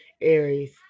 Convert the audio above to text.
Aries